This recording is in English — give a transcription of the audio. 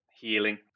healing